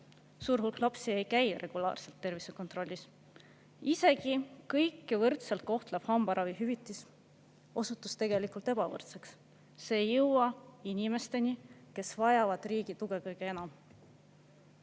Suur hulk lapsi ei käi regulaarselt tervisekontrollis. Isegi kõiki võrdselt kohtlev hambaravihüvitis osutus ebavõrdseks. See ei jõua inimesteni, kes vajavad riigi tuge kõige enam.